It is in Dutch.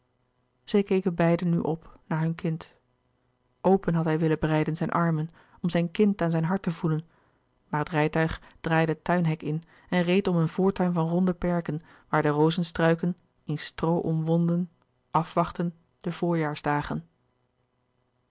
zij keken beiden nu op naar hun kind open had hij willen breiden zijn armen om zijn kind aan zijn hart te voelen maar het rijtuig draaide het tuinhek in en reed om een voortuin van ronde perken waar de rozenstruiken in stroo omwonden afwachtten de voorjaarsdagen